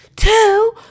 Two